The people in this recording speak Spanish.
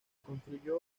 construyó